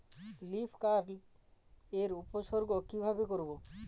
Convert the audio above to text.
Leaf curl এর উপসর্গ কিভাবে করব?